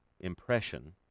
impression